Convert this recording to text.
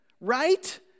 Right